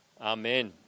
Amen